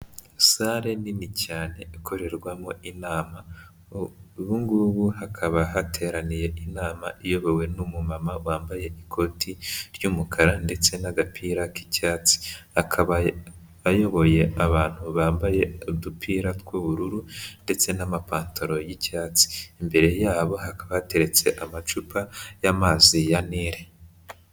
sale nini cyane ikorerwamo inama ubungubu hakaba hateraniye inama iyobowe n'umumama wambaye ikoti ry'umukara ndetse n'agapira k'icyatsi akaba ayoboye abantu bambaye udupira tw'ubururu ndetse n'amapantaro y'icyatsi imbere yabo hakaba hateretse amacupa y'amazi ya nile.